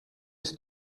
است